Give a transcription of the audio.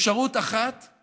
אפשרות אחת היא